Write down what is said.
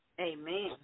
Amen